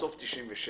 שלטוניות.